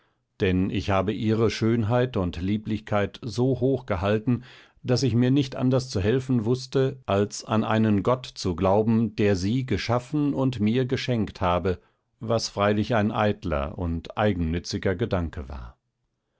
denn ich habe ihre schönheit und lieblichkeit so hochgehalten daß ich mir nicht anders zu helfen wußte als an einen gott zu glauben der sie geschaffen und mir geschenkt habe was freilich ein eitler und eigennütziger gedanke war